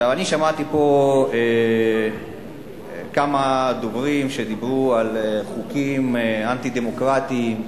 אני שמעתי פה כמה דוברים שדיברו על חוקים אנטי-דמוקרטיים,